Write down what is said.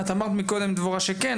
את אמרת מקודם דבורה שכן,